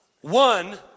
One